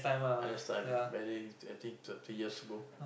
N_S time maybe i think twenty three years ago